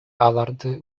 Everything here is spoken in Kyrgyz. аларды